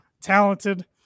talented